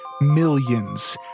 millions